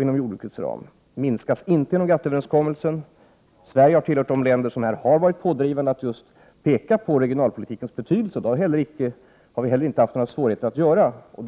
inom jordbrukets ram inte minskas genom GATT överenskommelsen. Sverige har tillhört de länder som har varit pådrivande just i fråga om att peka på regionalpolitikens betydelse, och det har inte varit svårt att göra det.